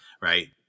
Right